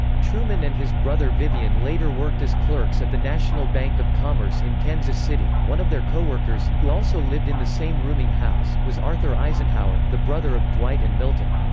truman and his brother vivian later worked as clerks at the national bank of commerce in kansas city one of their coworkers, who also lived in the same rooming house, was arthur eisenhower, the brother of dwight and milton.